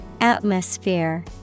Atmosphere